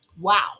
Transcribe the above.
wow